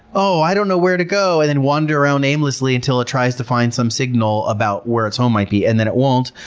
oh, i don't know where to go. then wander around aimlessly until it tries to find some signal about where it's home might be and then it won't.